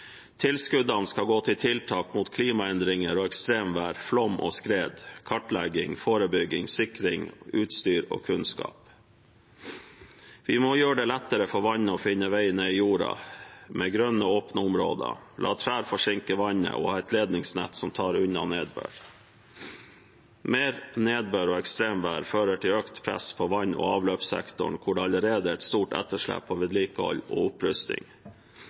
Tilskuddene skal gå til tiltak mot klimaendringer og ekstremvær, flom og skred, kartlegging, forebygging, sikring, utstyr og kunnskap. Vi må gjøre det lettere for vann å finne veien ned i jorda – ha grønne og åpne områder, la trær forsinke vannet og ha et ledningsnett som tar unna nedbør. Mer nedbør og ekstremvær fører til økt press på vann- og avløpssektoren, hvor det allerede er et stort etterslep på vedlikehold og opprusting.